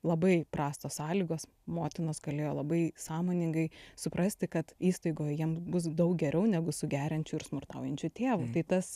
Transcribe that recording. labai prastos sąlygos motinos galėjo labai sąmoningai suprasti kad įstaigoj jam bus daug geriau negu su geriančiu ir smurtaujančiu tėvu tai tas